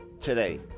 today